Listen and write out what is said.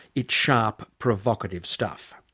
it's sharp provocative stuff.